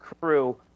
crew